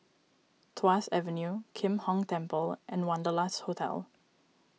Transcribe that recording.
Tuas Avenue Kim Hong Temple and Wanderlust Hotel